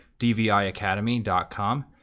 dviacademy.com